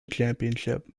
championship